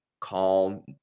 calm